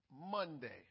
Monday